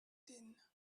din